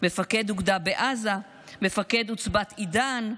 מפקד אוגדה בעזה, מפקד עוצבת עידן,